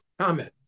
Comment